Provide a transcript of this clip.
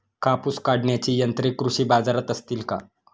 कापूस काढण्याची यंत्रे कृषी बाजारात असतील का?